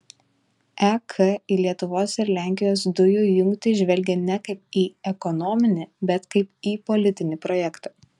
ek į lietuvos ir lenkijos dujų jungtį žvelgia ne kaip į ekonominį bet kaip į politinį projektą